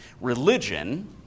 religion